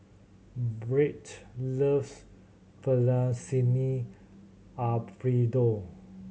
Byrd loves Alfredo